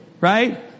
right